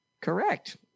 Correct